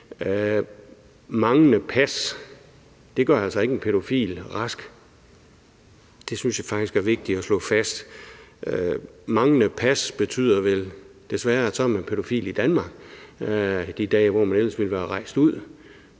Manglende pas gør altså ikke en pædofil rask. Det synes jeg faktisk er vigtigt at slå fast. Manglende pas betyder vel desværre, at man så er pædofil i Danmark de dage, hvor man ellers ville være rejst ud.